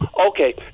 Okay